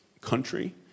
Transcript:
country